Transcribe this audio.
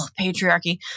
patriarchy